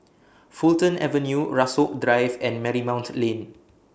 Fulton Avenue Rasok Drive and Marymount Lane